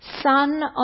Son